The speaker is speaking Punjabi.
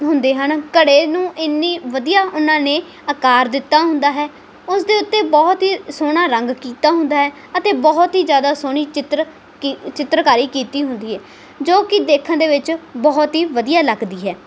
ਹੁੰਦੇ ਹਨ ਘੜੇ ਨੂੰ ਇੰਨੀ ਵਧੀਆ ਉਹਨਾਂ ਨੇ ਆਕਾਰ ਦਿੱਤਾ ਹੁੰਦਾ ਹੈ ਉਸ ਦੇ ਉੱਤੇ ਬਹੁਤ ਹੀ ਸੋਹਣਾ ਰੰਗ ਕੀਤਾ ਹੁੰਦਾ ਹੈ ਅਤੇ ਬਹੁਤ ਹੀ ਜ਼ਿਆਦਾ ਸੋਹਣੀ ਚਿੱਤਰ ਕ ਚਿੱਤਰਕਾਰੀ ਕੀਤੀ ਹੁੰਦੀ ਹੈ ਜੋ ਕਿ ਦੇਖਣ ਦੇ ਵਿੱਚ ਬਹੁਤ ਹੀ ਵਧੀਆ ਲੱਗਦੀ ਹੈ